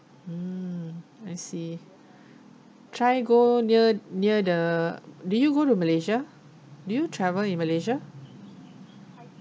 mm I see try go near near the do you go to malaysia you travel in malaysia